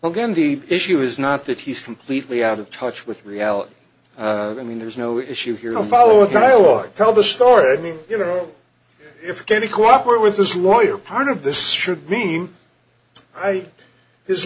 again deep issue is not that he's completely out of touch with reality i mean there's no issue here and follow a dialogue tell the story i mean you know if kenny cooperate with this lawyer part of this should be i his